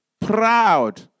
proud